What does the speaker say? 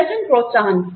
प्रदर्शन प्रोत्साहन